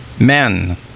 Men